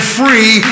free